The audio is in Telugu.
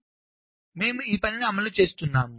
కాబట్టి మేము ఒక పనిని అమలు చేస్తున్నాము